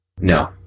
No